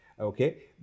Okay